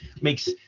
makes